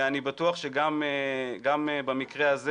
אני בטוח שגם במקרה הזה